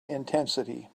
intensity